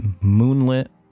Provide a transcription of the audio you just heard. moonlit